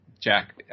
Jack